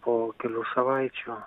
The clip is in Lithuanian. po kelių savaičių